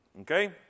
Okay